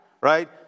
right